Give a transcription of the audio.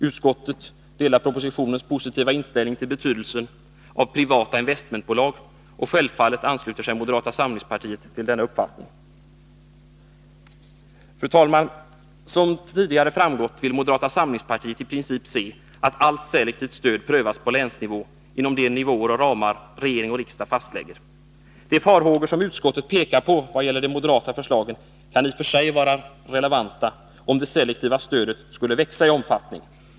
Utskottet delar propositionens positiva inställning till betydelsen av privata investmentbolag, och självfallet delar moderata samlingspartiet denna uppfattning. Som tidigare framgått vill moderata samlingspartiet i princip se att allt selektivt stöd prövas på länsnivå inom de nivåer och ramar regering och riksdag fastlägger. De farhågor som utskottet pekar på vad gäller det moderata förslaget kan i och för sig vara relevanta om det selektiva stödet skulle växa i omfattning.